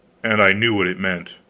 and i knew what it meant.